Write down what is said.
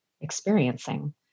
experiencing